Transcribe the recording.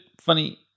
Funny